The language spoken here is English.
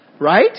Right